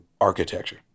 architecture